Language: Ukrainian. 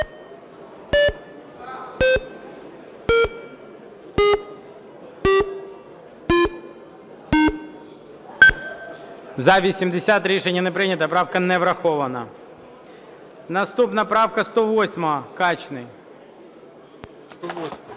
За-80 Рішення не прийнято. Правка не врахована. Наступна правка 108-а. Качний.